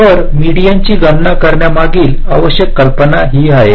तर मेडीन्सची गणना करण्यामागील आवश्यक कल्पना ही आहे